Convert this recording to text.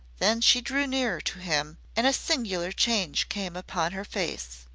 then she drew nearer to him, and a singular change came upon her face.